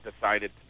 decided